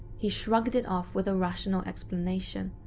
he shrugged it off with a rational explanation,